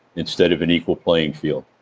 instead of an equal playing field